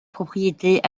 propriété